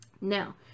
Now